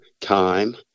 time